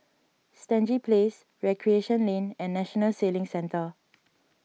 Stangee Place Recreation Lane and National Sailing Centre